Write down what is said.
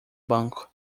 banco